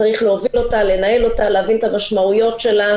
שאתם עושים כשמתחיל לנצנץ לכם כיוון של עיר שהולכת להיות אדומה?